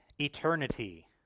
eternity